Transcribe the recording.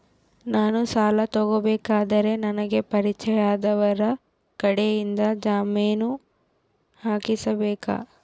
ನಾನು ಸಾಲ ತಗೋಬೇಕಾದರೆ ನನಗ ಪರಿಚಯದವರ ಕಡೆಯಿಂದ ಜಾಮೇನು ಹಾಕಿಸಬೇಕಾ?